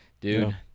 dude